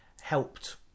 helped